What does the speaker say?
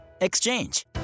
Exchange